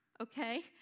okay